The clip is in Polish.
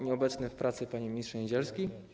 Nieobecny w pracy Panie Ministrze Niedzielski!